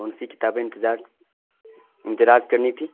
کون سی کتابیں اندراج اندراج کرنی تھی